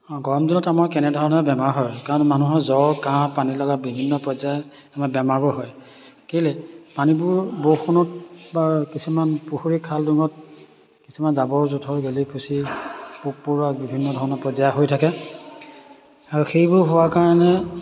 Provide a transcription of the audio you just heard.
গৰম দিনত আমাৰ কেনেধৰণে বেমাৰ হয় কাৰণ মানুহৰ জ্বৰ কাঁহ পানী লগা বিভিন্ন পৰ্যায়ৰ আমাৰ বেমাৰবোৰ হয় কেলে পানীবোৰ বৰষুণত বা কিছুমান পুখুৰী খাল ডোঙত কিছুমান জাবৰ জোঁথৰ গেলি পচি পোক পৰুৱা বিভিন্ন ধৰণৰ পৰ্যায়ৰ হৈ থাকে আৰু সেইবোৰ হোৱাৰ কাৰণে